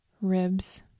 ribs